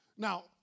Now